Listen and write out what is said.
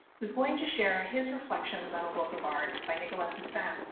who's going to share his reflections on a work of art by nicholas poussin,